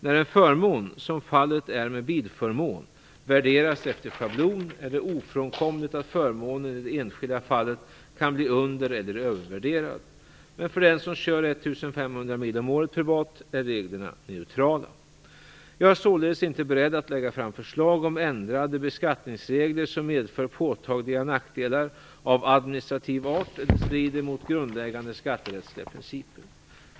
När en förmån - som fallet är med bilförmån - värderas efter schablon, är det ofrånkomligt att förmånen i det enskilda fallet kan bli under eller övervärderad. Men för den som kör 1 500 mil om året privat är reglerna neutrala. Jag är således inte beredd att lägga fram förslag om ändrade beskattningsregler som medför påtagliga nackdelar av administrativ art eller strider mot grundläggande skatterättsliga principer.